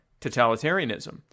totalitarianism